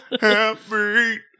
Happy